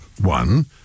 one